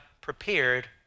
prepared